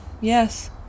yes